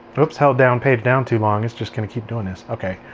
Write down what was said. oops. held down page down too long. it's just going to keep doing this. okay.